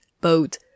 boat